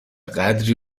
قدری